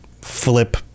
flip